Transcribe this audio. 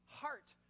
heart